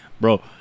Bro